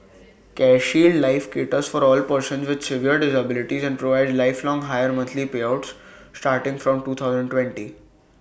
CareShield life caters for all persons with severe disabilities and provides lifelong higher monthly payouts starting from two thousand twenty